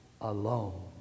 alone